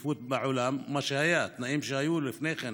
מהצפופים בעולם, מה שהיה, התנאים שהיו לפני כן,